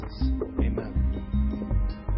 Amen